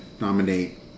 nominate